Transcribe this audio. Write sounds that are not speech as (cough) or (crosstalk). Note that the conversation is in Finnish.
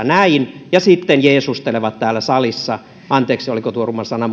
(unintelligible) näin ja sitten jeesustelevat täällä salissa anteeksi oliko tuo ruma sana (unintelligible)